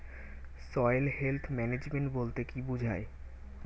Soil health management বলতে কি বুঝায়?